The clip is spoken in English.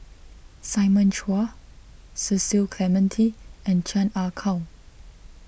Simon Chua Cecil Clementi and Chan Ah Kow